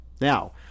Now